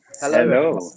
hello